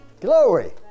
Glory